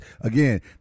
Again